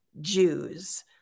Jews